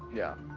yeah.